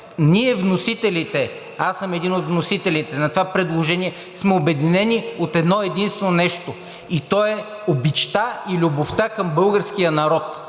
Ние вносителите, аз съм един от вносителите на това предложение, сме обединени от едно-единствено нещо и то е обичта и любовта към българския народ